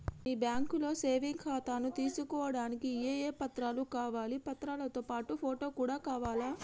మీ బ్యాంకులో సేవింగ్ ఖాతాను తీసుకోవడానికి ఏ ఏ పత్రాలు కావాలి పత్రాలతో పాటు ఫోటో కూడా కావాలా?